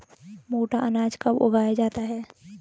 मोटा अनाज कब उगाया जाता है?